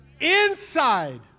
inside